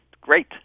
great